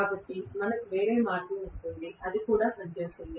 కాబట్టి మనకు వేరే మార్గం ఉంటుంది అది కూడా పని చేస్తుంది